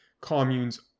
communes